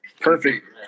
Perfect